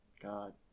God